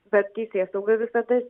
bet teisėsauga visada